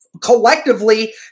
collectively